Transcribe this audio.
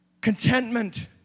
Contentment